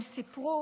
הם סיפרו